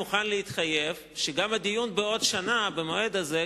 מוכן להתחייב שגם הדיון בעוד שנה במועד הזה,